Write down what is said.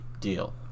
deal